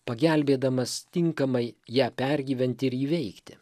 pagelbėdamas tinkamai ją pergyvent ir įveikti